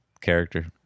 character